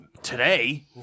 Today